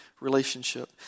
relationship